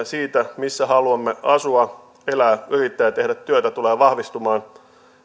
siitä missä haluamme asua elää yrittää ja tehdä työtä tulevat vahvistumaan